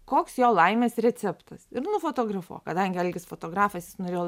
koks jo laimės receptas ir nufotografuok kadangi algis fotografais norėjo